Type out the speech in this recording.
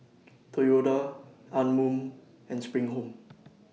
Toyota Anmum and SPRING Home